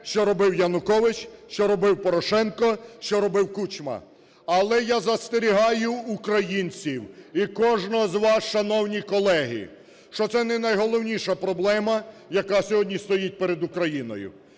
що робив Янукович, що робив Порошенко, що робив Кучма. Але я застерігаю українців і кожного з вас, шановні колеги, що це не найголовніша проблема, яка сьогодні стоїть перед Україною.